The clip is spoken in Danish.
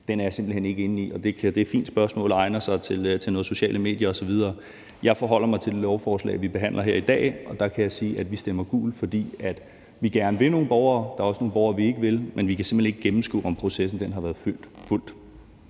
er jeg simpelt hen ikke inde i. Og det er et spørgsmål, der fint egner sig til nogle sociale medier osv. Jeg forholder mig til det lovforslag, vi behandler her i dag, og der kan jeg sige, at vi stemmer gult, fordi vi gerne vil nogle af de borgere – der er også nogle borgere, vi ikke vil – men vi kan simpelt hen ikke gennemskue, om processen har været fulgt.